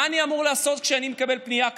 מה אני אמור לעשות כשאני מקבל פנייה כזאת?